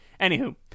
Anywho